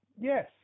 Yes